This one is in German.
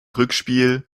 rückspiel